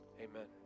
Amen